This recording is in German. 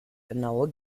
genaue